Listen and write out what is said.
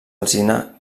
alzina